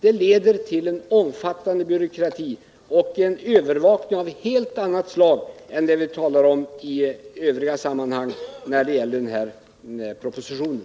Det leder till en omfattande byråkrati och till en övervakning av ett helt annat slag än det vi talar om i övriga sammanhang i samband med den här propositionen.